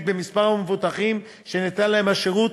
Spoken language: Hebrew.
במספר המבוטחים שניתן להם השירות,